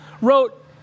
wrote